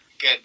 Good